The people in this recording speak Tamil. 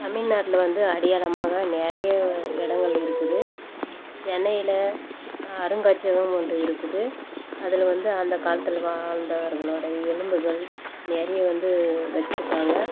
தமிழ்நாட்டில் வந்து அடையாளமாக நிறையா இடங்கள் இருக்குது சென்னையில் அருங்காட்சியகம் ஒன்று இருக்குது அதில் வந்து அந்த காலத்தில் வாழ்ந்தவர்களுடைய எலும்புகள் நிறையா வந்து வெச்சுருப்பாங்க